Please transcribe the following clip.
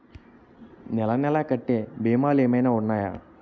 నెల నెల కట్టే భీమాలు ఏమైనా ఉన్నాయా?